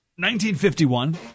1951